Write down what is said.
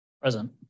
Present